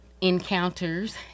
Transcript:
encounters